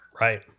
right